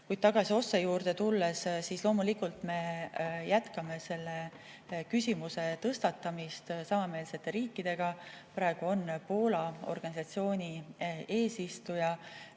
Kuid tagasi OSCE juurde tulles, loomulikult me jätkame selle küsimuse tõstatamist samameelsete riikidega. Praegu on Poola organisatsiooni eesistuja